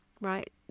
right